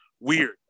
weird